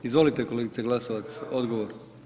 Izvolite kolegice Glasovac, odgovor.